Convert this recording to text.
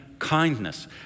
kindness